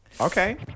Okay